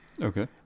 Okay